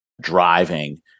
driving